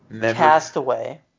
Castaway